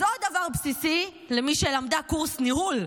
אז עוד דבר בסיסי למי שלמדה קורס ניהול,